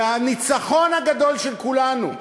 והניצחון הגדול של כולנו,